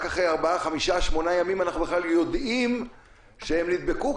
אחרי ארבעה-חמישה-שמונה ימים אנחנו בכלל יודעים שהם נדבקו,